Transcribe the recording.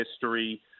history